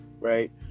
right